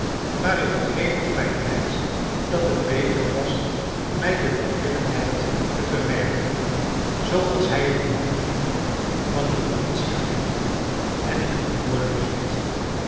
maar ik begreep nog bijtijds dat het beter was mij de welwillendheid te verwerven zooals hij het noemde van den politieagent en ik antwoordde dus niet